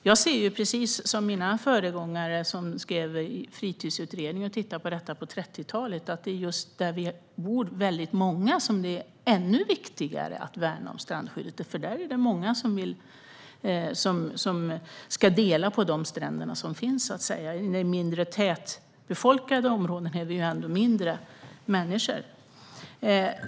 Jag ser, precis som mina föregångare, som skrev Fritidsutredningen, där man tittade på detta på 30-talet, att det just där vi är många som bor är ännu viktigare att värna strandskyddet. Där är det ju många som ska dela på de stränder som finns. I områden som är mindre tätbefolkade områden finns det ju färre människor.